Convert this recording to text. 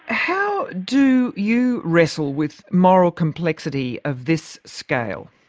how do you wrestle with moral complexity of this scale?